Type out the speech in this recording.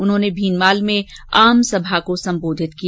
उन्होंने भीनमाल में आमसभा को सम्बोधित किया